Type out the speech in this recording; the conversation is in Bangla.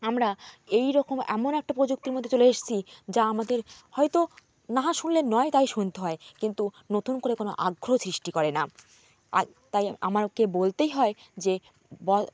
আমরা এই রকম এমন একটা প্রযুক্তির মধ্যে চলে এসছি যা আমাদের হয়তো না শুনলে নয় তাই শুনতে হয় কিন্তু নতুন করে কোনো আগ্রহ সৃষ্টি করে না আর তাই আমারকে বলতেই হয় যে বর